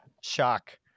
shock